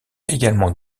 également